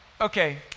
Okay